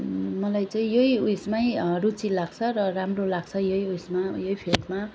मलाई चाहिँ यही उयसमै रुचि लाग्छ र राम्रो लाग्छ यही उयसमा उ यही फिल्डमा